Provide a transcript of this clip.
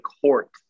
court